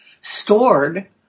stored